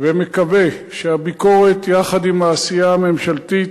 ומקווה שהביקורת, יחד עם העשייה הממשלתית,